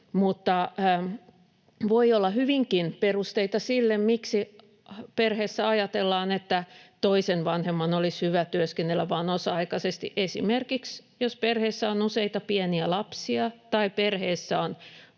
mutta voi olla hyvinkin perusteita sille, miksi perheessä ajatellaan, että toisen vanhemman olisi hyvä työskennellä vain osa-aikaisesti, esimerkiksi, jos perheessä on useita pieniä lapsia tai perheessä on